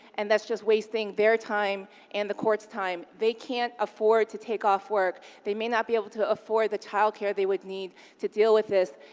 and that's just wasting their time and the court's time. they can't afford to take off work. they may not be able to afford the child care they would need to deal with this,